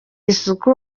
isuku